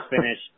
finish